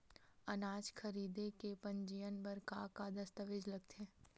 अनाज खरीदे के पंजीयन बर का का दस्तावेज लगथे?